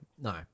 No